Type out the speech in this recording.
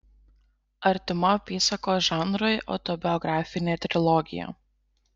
artima apysakos žanrui autobiografinė trilogija